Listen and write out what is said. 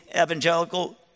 evangelical